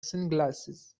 sunglasses